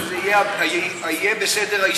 "זה יהיה בסדר",